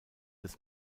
des